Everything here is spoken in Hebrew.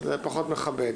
זה פחות מכבד.